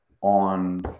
on